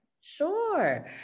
Sure